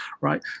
right